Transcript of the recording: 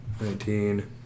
Nineteen